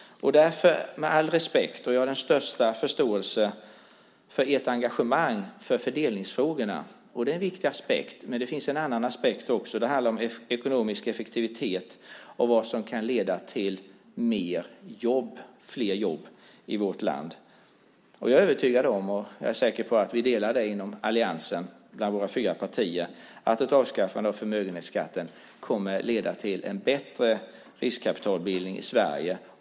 Jag har den största förståelse för ert engagemang i fördelningsfrågorna, och det är en viktig aspekt. Men det finns också en annan aspekt. Det handlar om ekonomisk effektivitet och vad som kan leda till fler jobb i vårt land. Jag är övertygad om - och jag är säker på att vi delar den uppfattningen inom alliansen, bland våra fyra partier - att ett avskaffande av förmögenhetsskatten kommer att leda till en bättre riskkapitalbildning i Sverige.